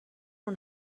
اون